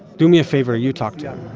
do me a favor. you talk to him.